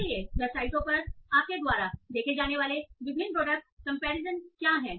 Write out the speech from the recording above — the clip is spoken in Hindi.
इसलिए वेबसाइटों पर आपके द्वारा देखे जाने वाले विभिन्न प्रोडक्ट कंपैरिजन क्या हैं